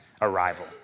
arrival